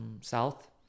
south